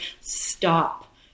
stop